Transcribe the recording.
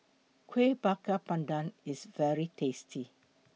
Kuih Bakar Pandan IS very tasty